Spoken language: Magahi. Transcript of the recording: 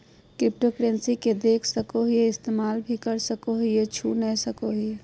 क्रिप्टोकरेंसी के देख सको हीयै इस्तेमाल भी कर सको हीयै पर छू नय सको हीयै